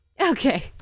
okay